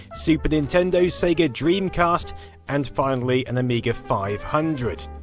super nintendo, sega dreamcast and finally an amiga five hundred.